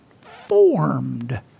formed